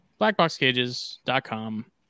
blackboxcages.com